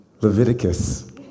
Leviticus